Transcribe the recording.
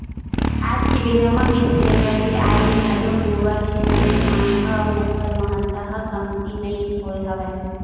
आज के बेरा म गेंस सिलेंडर के आय ले घलोक गोबर छेना के मांग ह अउ ओखर महत्ता ह कमती नइ होय हवय